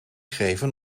geven